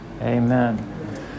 Amen